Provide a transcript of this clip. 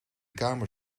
kamer